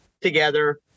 together